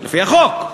לפי החוק.